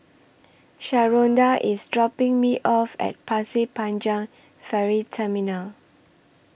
Sharonda IS dropping Me off At Pasir Panjang Ferry Terminal